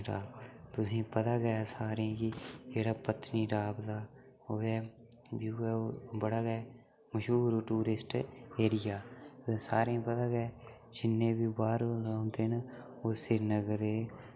तुसें ई पता गै ऐ सारें ई जेह्ड़ा पत्नीटॉप दा ओह् ऐ व्यू ऐ ओह् बड़ा मशहूर टूरिस्ट एरिया सारें गी पता गै ऐ जि'न्ने बी बाह्र ओह् न होंदे न ओह् सिरीनगरै ई